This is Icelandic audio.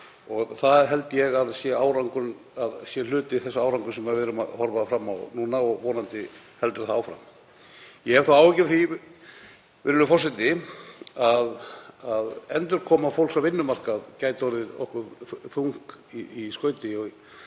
um, það held ég að sé hluti þess árangurs sem við sjáum nú fram á og vonandi heldur það áfram. Ég hef þó áhyggjur af því, virðulegur forseti, að endurkoma fólks á vinnumarkað gæti orðið okkur þung í skauti.